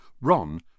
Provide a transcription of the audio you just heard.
Ron